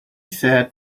said